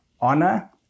honor